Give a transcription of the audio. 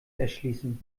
erschließen